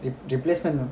replacement